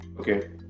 Okay